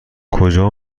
کجا